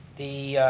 the.